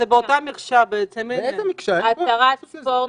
התרת ספורט.